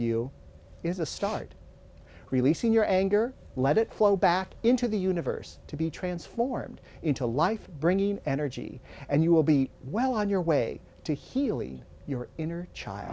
you is a start releasing your anger let it flow back into the universe to be transformed into life bringing energy and you will be well on your way to healy your inner child